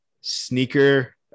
sneaker